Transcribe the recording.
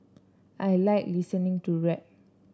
I like listening to rap